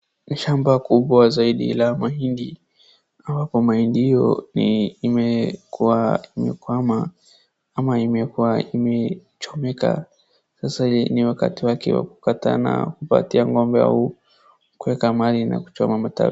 Shamba kubwa zaidi la mahindi ambapo mahindi hiyo imekuwa ama imechomeka. Sasa ni wakati wake wa kukata na kupatia ng'ombe au kueka mahali na kuchoma matawi.